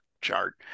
chart